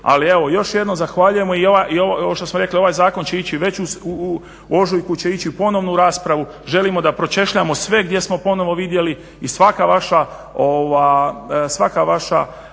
ali evo još jednom zahvaljujemo i ovo što smo rekli ovaj zakon će ići već u ožujku će ići ponovno u raspravu. Želimo da pročešljamo sve gdje smo ponovno vidjeli i svaka vaša